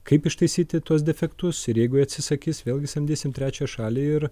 kaip ištaisyti tuos defektus ir jeigu jie atsisakys vėlgi samdysim trečią šalį ir